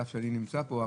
על אף שאני נמצא פה.